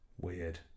Weird